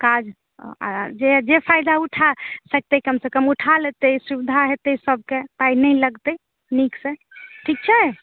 काज आ जे फायदा उठा सकते कमसंँ कम उठा लेतए सुविधा हेतए सभके पाइ नहि लगतै नीकसँ ठीक छै